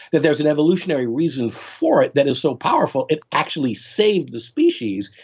that there's an evolutionary reason for it that is so powerful, it actually saved the species,